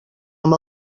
amb